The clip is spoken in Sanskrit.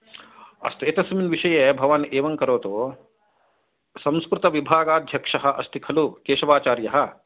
अस्तु एतस्मिन् विषये भवान् एवं करोतु संस्कृतविभागाध्यक्ष अस्ति खलु केशवाचार्य